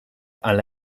hala